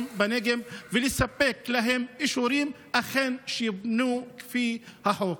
בנגב ולספק להם אישורים כדי שיבנו לפי החוק.